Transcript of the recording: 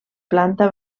planta